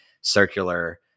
circular